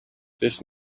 this